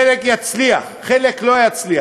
חלק יצליח, חלק לא יצליח.